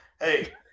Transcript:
Hey